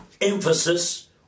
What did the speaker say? emphasis